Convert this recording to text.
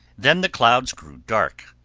then the clouds grew dark,